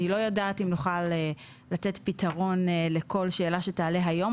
אני לא יודעת אם נוכל לתת פתרון לכל שאלה שתעלה היום,